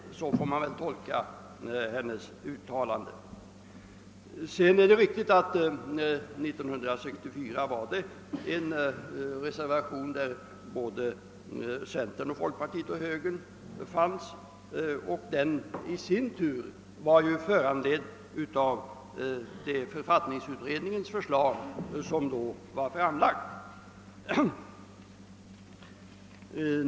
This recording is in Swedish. Hennes uttalande får väl tolkas på detta sätt. Det är riktigt att centern, folkpartiet och högern år 1964 tillsammans stod bakom en reservation i samband med behandlingen av det förslag från författningsutredningen, som då hade framlagts.